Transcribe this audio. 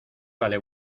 vale